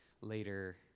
later